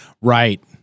Right